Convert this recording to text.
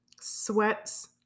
sweats